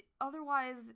otherwise